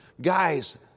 Guys